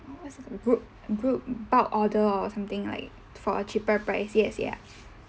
group group bulk order or something like for a cheaper price yes ya